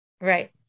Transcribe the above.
Right